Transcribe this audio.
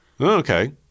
Okay